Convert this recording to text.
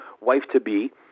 wife-to-be